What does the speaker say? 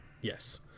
Yes